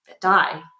die